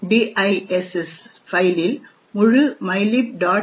diss ஃபைலில் முழு mylib